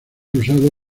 usado